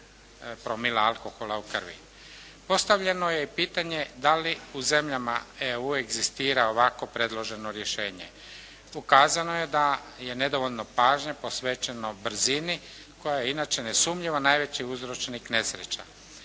promila alkohola u krvi. Postavljeno je i pitanje da li u zemljama EU egzistira ovako predloženo rješenje. Ukazano je da je nedovoljno pažnje posvećeno brzini koja je inače nesumnjivo najveći uzročnik nesreća.